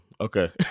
Okay